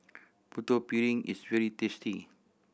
Putu Piring is very tasty